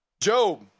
Job